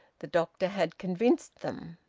the doctor had convinced them.